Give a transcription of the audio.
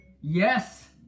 Yes